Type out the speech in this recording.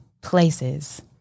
places